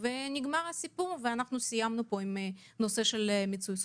וסיימנו עם הנושא של מיצוי הזכויות.